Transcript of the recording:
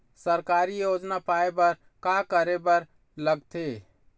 सरकारी योजना पाए बर का करे बर लागथे?